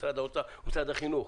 במשרד האוצר או במשרד החינוך,